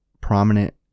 prominent